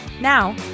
Now